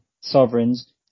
sovereigns